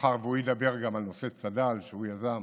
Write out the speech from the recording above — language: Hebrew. מאחר שהוא ידבר גם על נושא צד"ל, שהוא יזם